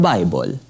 Bible